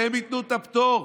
שהם ייתנו את הפטור?